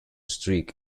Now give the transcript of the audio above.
streak